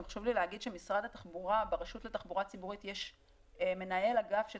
גם חשוב לי להגיד שברשות לתחבורה ציבורית יש מנהל אגף שהוא